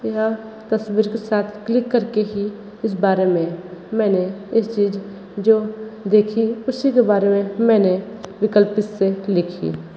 यह तस्वीर के साथ क्लिक करके ही इस बारे में मैंने इस चीज जो देखी उसी के बारे में मैंने विकल्प से लिखी